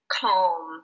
calm